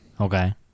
Okay